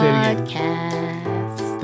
Podcast